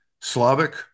Slavic